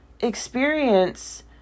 experience